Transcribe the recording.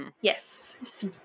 Yes